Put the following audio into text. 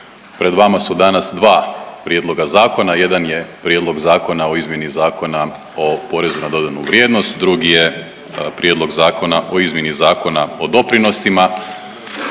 Pred vama su danas dva prijedloga zakona, jedan je Prijedlog zakona o izmjeni Zakona o PDV-u, drugi je Prijedlog zakona o izmjeni Zakona o doprinosima.